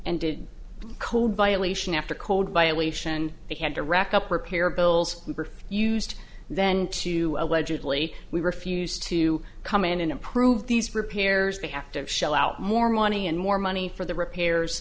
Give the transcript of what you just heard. and did code violation after code violation they had to rack up repair bills we were used then to allegedly we refused to come in and approve these repairs they have to shell out more money and more money for the repairs